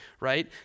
right